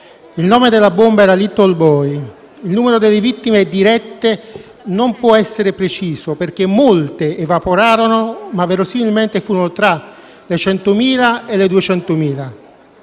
Il nome della bomba era «Little Boy»; il numero delle vittime dirette non può essere preciso perché molte evaporarono, ma verosimilmente furono tra le 100.000 e le 200.000.